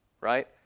Right